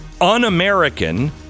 un-American